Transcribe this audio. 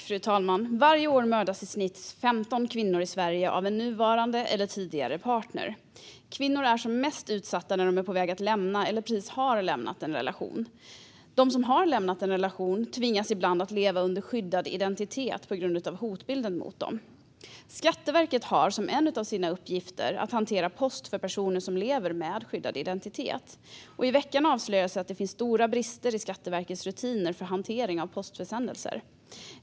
Fru talman! Varje år mördas i snitt 15 kvinnor i Sverige av sin nuvarande eller tidigare partner. Kvinnor är som mest utsatta när de är på väg att lämna eller precis har lämnat en relation. De som har lämnat en relation tvingas ibland att leva under skyddad identitet på grund av hotbilden mot dem. Skatteverket har som en av sina uppgifter att hantera post för personer som lever med skyddad identitet. I veckan avslöjades att det finns stora brister i Skatteverkets rutiner för hantering av postförsändelser.